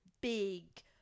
big